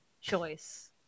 choice